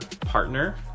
partner